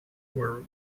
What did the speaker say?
were